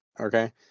okay